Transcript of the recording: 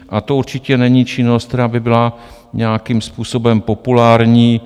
A to určitě není činnost, která by byla nějakým způsobem populární.